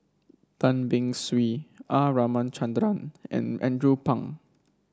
Tan Beng Swee R Ramachandran and Andrew Phang